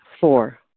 Four